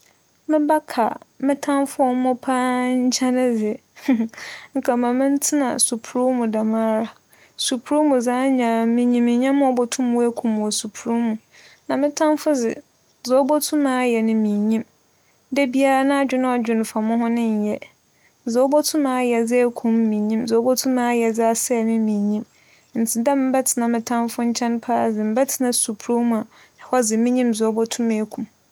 Mebɛka me tamfo a omo paa nkyɛn dze, nka ma mentsena suprumu dɛmara. Suprumu dze annyɛ a miyim ndzɛmba a obotum woekum wͻ suprumu. Na me tamdo dze, dza obotum wͻayɛ dze minnyim. Dabiara n'adwen a ͻdwen fa moho no nnyɛ. Dza obotum ayɛ dze ekum no minnyim, dza obotum ayɛ dze ayɛ minnyim. Ntsi dɛ mebɛtsena me tamfo nkyɛn paa dze, mebɛtsena suprumu a hͻ dze minyim dza obotum ekum.